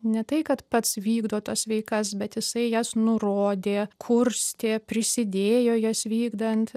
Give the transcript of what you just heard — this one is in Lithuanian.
ne tai kad pats vykdo tas veikas bet jisai jas nurodė kurstė prisidėjo jas vykdant